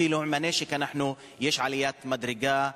אפילו עם הנשק יש עליית מדרגה,